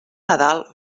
nadal